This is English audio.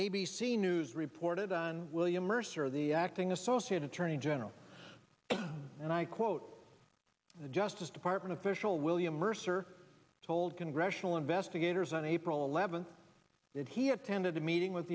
c news reported on william mercer the acting associate attorney general and i quote the justice department official william mercer told congressional investigators on april eleventh that he attended a meeting with